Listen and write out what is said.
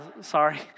sorry